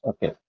Okay